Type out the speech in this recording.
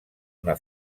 una